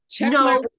No